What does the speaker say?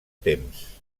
temps